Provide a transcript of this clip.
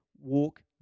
walk